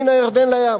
מן הירדן לים.